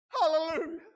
Hallelujah